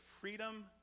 freedom